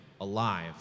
alive